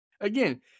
again